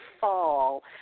fall